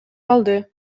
калды